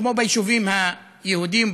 כמו ביישובים היהודיים,